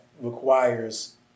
requires